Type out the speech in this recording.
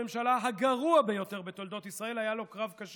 הממשלה הזאת היא ממשלת שנאת נתניהו.